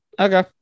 Okay